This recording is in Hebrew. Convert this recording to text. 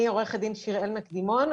אני עורכת הדין שיר אל נקדימון,